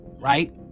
right